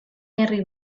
herri